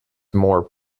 more